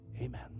amen